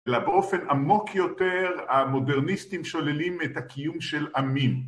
באופן עמוק יותר המודרניסטים שוללים את הקיום של עמים